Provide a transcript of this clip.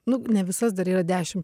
nu ne visas dar yra dešim